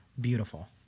Beautiful